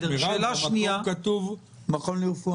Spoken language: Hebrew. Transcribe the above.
אבל, מירב, במקור כתוב המכון לרפואה משפטית.